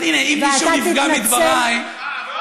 אז הינה: אם מישהו נפגע מדבריי, לא, לא.